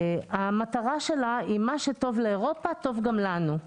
המטרה שלה היא שמה שטוב לאירופה טוב גם לנו.